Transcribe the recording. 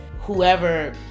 whoever